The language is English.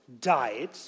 died